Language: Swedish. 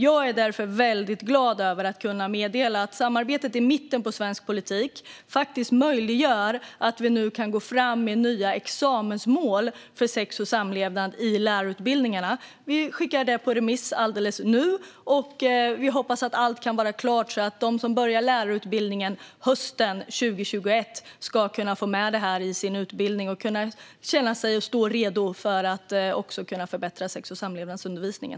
Jag är därför väldigt glad över att kunna meddela att mittensamarbetet i svensk politik faktiskt möjliggör att vi nu kan gå fram med nya examensmål för sex och samlevnad i lärarutbildningarna. Vi skickar det på remiss precis nu, och vi hoppas att allt kan vara klart så att de som börjar lärarutbildningen hösten 2021 ska få med detta i sin utbildning och kunna känna sig redo för att förbättra sex och samlevnadsundervisningen.